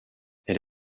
elle